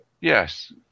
Yes